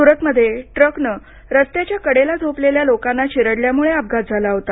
सुरतमध्ये ट्रकनं रस्त्याच्या कडेला झोपलेल्या लोकांना चिरडल्यामुळे अपघात झाला होता